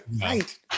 right